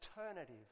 alternative